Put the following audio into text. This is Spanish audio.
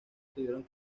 tuvieron